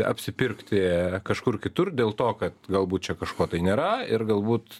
apsipirkti kažkur kitur dėl to kad galbūt čia kažko tai nėra ir galbūt